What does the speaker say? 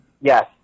Yes